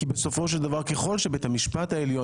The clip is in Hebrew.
כי בסופו של דבר ככל שבית המשפט העליון